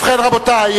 תודה רבה לכבוד השר.